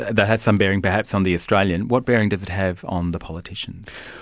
that has some bearing perhaps on the australian, what bearing does it have on the politicians.